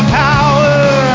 power